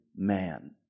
Man